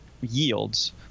yields